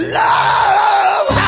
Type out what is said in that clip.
love